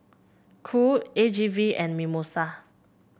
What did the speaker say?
Cool A G V and Mimosa